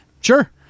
Sure